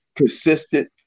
Consistent